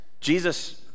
Jesus